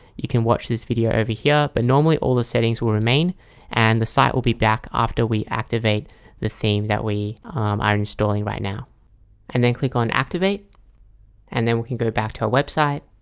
you can watch this video over here but normally all the settings will remain and the site will be back after we activate the theme that we are installing right now and then click on activate and then we can go back to our website